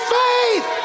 faith